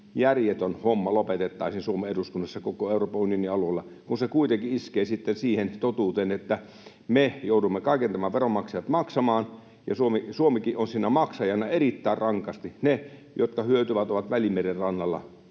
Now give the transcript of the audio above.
järjetön homma lopetettaisiin Suomen eduskunnassa ja koko Euroopan unionin alueella, kun se kuitenkin iskee sitten siihen totuuteen, että me veronmaksajat joudumme kaiken tämän maksamaan ja Suomikin on siinä maksajana erittäin rankasti. Ne, jotka hyötyvät, ovat Välimeren rannalla,